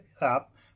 up